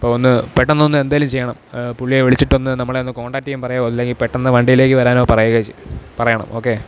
അപ്പോള് ഒന്ന് പെട്ടെന്നൊന്ന് എന്തേലും ചെയ്യണം പുള്ളിയെ വിളിച്ചിട്ടൊന്ന് നമ്മളെ ഒന്ന് കോൺടാക്ടെയ്യാൻ പറയാമോ അല്ലെങ്കിൽ പെട്ടെന്ന് വണ്ടിയിലേക്ക് വരാനോ പറയുകയോ ചെയ്യ് പറയണം ഓക്കെ